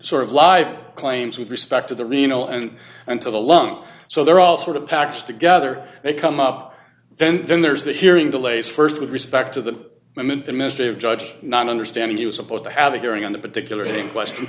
sort of live claims with respect to the renal and until the lung so they're all sort of packaged together they come up then and then there's the hearing delays st with respect to the moment administrative judge not understanding you supposed to have a hearing on that particular question